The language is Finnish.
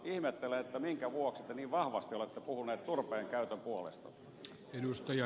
ihmettelen minkä vuoksi te niin vahvasti olette puhunut turpeen käytön puolesta